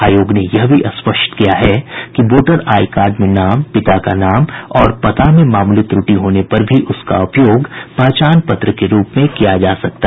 आयोग ने यह भी स्पष्ट किया है कि वोटर आईकार्ड में नाम पिता का नाम और पता में मामूली त्रुटि होने पर भी उसका उपयोग पहचान पत्र के रूप में मान्य होगा